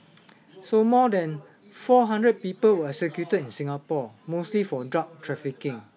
so more than four hundred people were executed in singapore mostly for drug trafficking